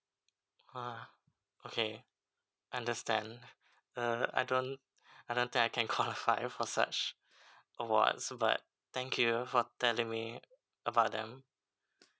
!wah! okay understand uh I don't I don't think I can qualify for such awards but thank you for telling me about them